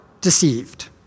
deceived